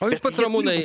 o jūs pats ramūnai